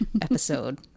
episode